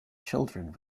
children